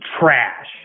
trash